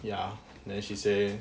ya then she say